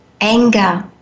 anger